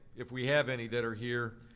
if we have any that are here,